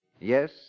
Yes